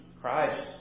Christ